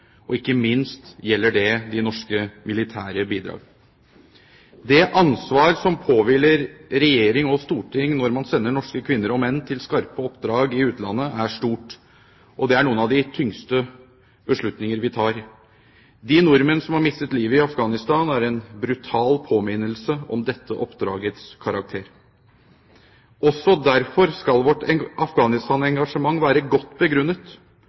Afghanistan-engasjementet, ikke minst gjelder det de norske militære bidrag. Det ansvar som påhviler regjering og storting når man sender norske kvinner og menn til skarpe oppdrag i utlandet, er stort, og det er noen av de tyngste beslutninger vi tar. De nordmenn som har mistet livet i Afghanistan, er en brutal påminnelse om dette oppdragets karakter. Også derfor skal vårt Afghanistan-engasjement være godt begrunnet